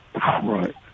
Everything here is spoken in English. Right